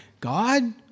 God